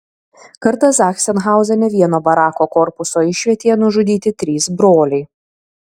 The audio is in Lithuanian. kartą zachsenhauzene vieno barako korpuso išvietėje nužudyti trys broliai